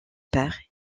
père